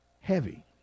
heavy